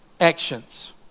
actions